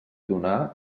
donar